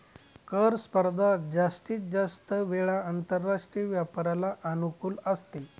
कर स्पर्धा जास्तीत जास्त वेळा आंतरराष्ट्रीय व्यापाराला अनुकूल असते